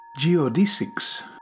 Geodesics